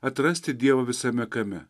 atrasti dievą visame kame